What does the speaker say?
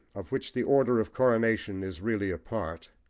of which the order of coronation is really a part,